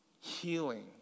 healing